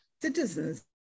citizens